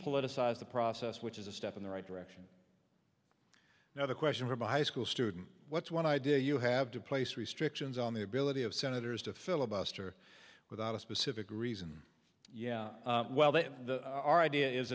politicize the process which is a step in the right direction now the question from a high school student what's one idea you have to place restrictions on the ability of senators to filibuster without a specific reason yeah well they have